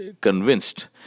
convinced